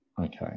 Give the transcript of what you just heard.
okay